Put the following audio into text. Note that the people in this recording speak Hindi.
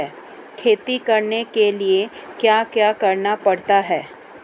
खेती करने के लिए क्या क्या करना पड़ता है?